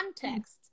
context